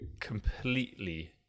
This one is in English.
completely